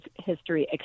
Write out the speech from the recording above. history